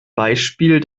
beispiel